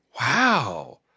Wow